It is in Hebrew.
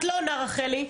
את לא עונה, רחלי.